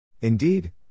Indeed